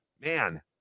Man